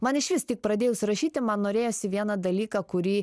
man išvis tik pradėjus rašyti man norėjosi vieną dalyką kurį